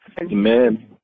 amen